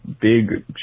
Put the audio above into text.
big